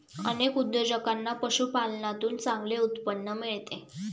अनेक उद्योजकांना पशुपालनातून चांगले उत्पन्न मिळते